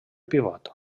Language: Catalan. pivot